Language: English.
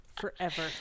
Forever